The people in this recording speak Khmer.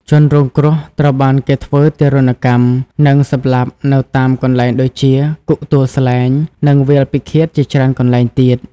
ជនរងគ្រោះត្រូវបានគេធ្វើទារុណកម្ម និងសម្លាប់នៅតាមកន្លែងដូចជា គុកទួលស្លែង និងវាលពិឃាតជាច្រើនកន្លែងទៀត។